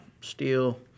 steel